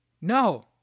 No